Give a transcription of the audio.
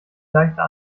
leichter